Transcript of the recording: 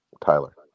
Tyler